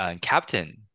captain